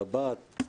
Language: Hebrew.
בבת,